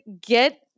get